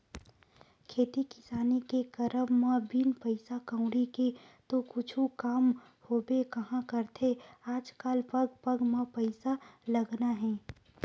खेती किसानी के करब म बिन पइसा कउड़ी के तो कुछु काम होबे काँहा करथे आजकल पग पग म पइसा लगना हे